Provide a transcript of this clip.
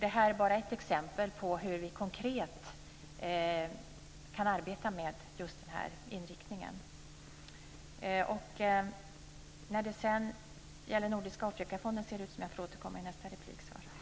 Det är bara ett exempel på hur vi konkret kan arbeta med just den här inriktningen. En nordisk Afrikafond får jag återkomma till.